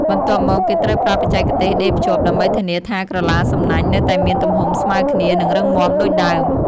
បន្ទាប់មកគេត្រូវប្រើបច្ចេកទេសដេរភ្ជាប់ ដើម្បីធានាថាក្រឡាសំណាញ់នៅតែមានទំហំស្មើគ្នា និងរឹងមាំដូចដើម។